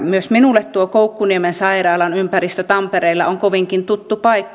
myös minulle tuo koukkuniemen sairaalan ympäristö tampereella on kovinkin tuttu paikka